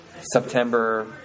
September